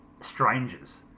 strangers